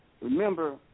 Remember